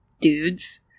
dudes